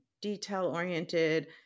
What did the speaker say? detail-oriented